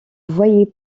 voyait